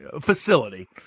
facility